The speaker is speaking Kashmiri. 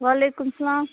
وعلیکُم سلام